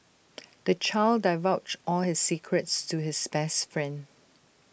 the child divulged all his secrets to his best friend